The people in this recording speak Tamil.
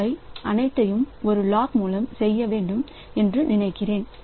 இவை அனைத்தையும் ஒரு லாக் மூலம் செய்ய வேண்டும் என்று நினைக்கிறேன்